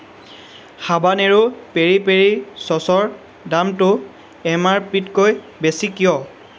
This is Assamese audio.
হাবানেৰো পেৰিপেৰি ছচৰ দামটো এমআৰপিতকৈ বেছি কিয়